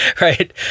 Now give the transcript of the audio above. right